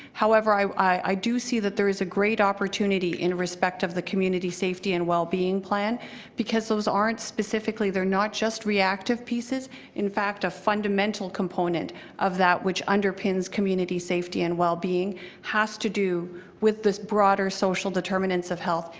however, i i do see that there is a great opportunity in respect of the community safety and well-being plan because those aren't specifically they're not just reactive pieces in fact a funds mental component of that which underpins community safety and well-being has to do with this broader social determinants of health.